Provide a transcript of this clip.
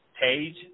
page